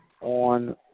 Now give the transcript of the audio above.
on